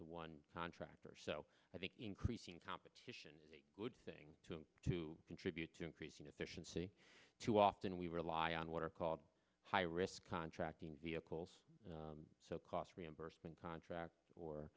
the one contractor so i think increasing competition thing to contribute to increasing efficiency too often we rely on what are called high risk contracting vehicles so cost reimbursement contracts or